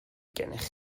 gennych